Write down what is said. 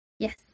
Yes